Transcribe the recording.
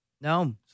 No